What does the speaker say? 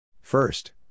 First